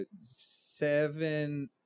seven